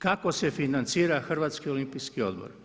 Kako se financira HOO?